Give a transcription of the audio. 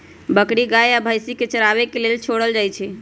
बकरी गाइ आ भइसी के चराबे के लेल छोड़ल जाइ छइ